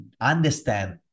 understand